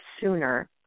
sooner